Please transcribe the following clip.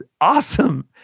awesome